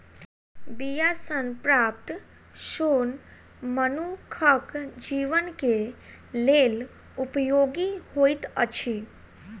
बीया सॅ प्राप्त सोन मनुखक जीवन के लेल उपयोगी होइत अछि